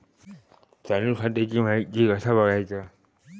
चालू खात्याची माहिती कसा बगायचा?